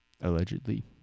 Allegedly